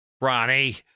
Ronnie